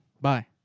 Bye